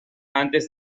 antes